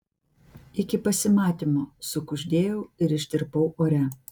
iki pasimatymo sukuždėjau ir ištirpau ore